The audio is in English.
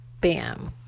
Bam